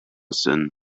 sinn